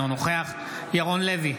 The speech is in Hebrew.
אינו נוכח ירון לוי,